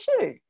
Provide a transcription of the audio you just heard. issue